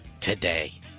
today